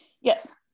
Yes